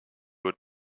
would